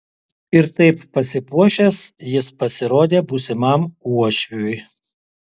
ir taip pasipuošęs jis pasirodė būsimam uošviui